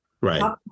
Right